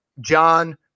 John